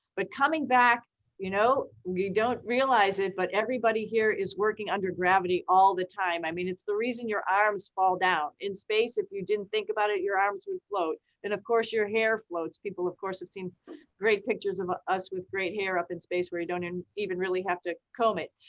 but coming back you know you don't realize it, but everybody here is working under gravity all the time. i mean, it's the reason your arms fall down. in space if you didn't think about it, your arms would float. and of course your hair floats, people of course have seen great pictures of ah us with great hair up in space where you don't even really have to comb it.